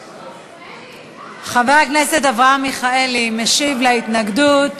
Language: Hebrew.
מיכאלי, חבר הכנסת אברהם מיכאלי משיב על ההתנגדות.